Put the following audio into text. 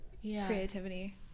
creativity